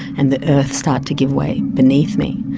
and the earth started to give way beneath me.